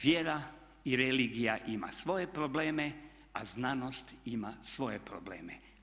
Vjera i religija ima svoje probleme, a znanost ima svoje probleme.